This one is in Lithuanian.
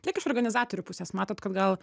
kiek iš organizatorių pusės matot kad gal